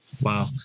wow